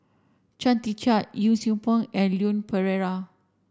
Chia Tee Chiak Yee Siew Pun and Leon Perera